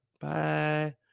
Bye